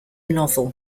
novel